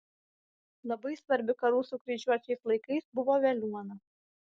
labai svarbi karų su kryžiuočiais laikais buvo veliuona